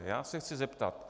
Já se chci zeptat.